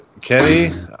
Kenny